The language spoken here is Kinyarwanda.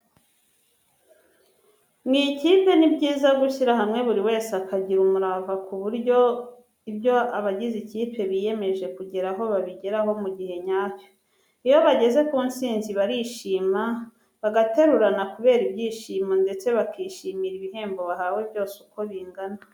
Mu ikipe ni byiza gushyira hamwe buri wese akagira umurava ku buryo ibyo abagize ikipe biyemeje kugeraho babigeraho mu gihe nyacyo. Iyo bageze ku nsinzi barishima bagaterurana kubera ibyishimo ndetse bakishimira ibihembo bahawe byose uko bingana.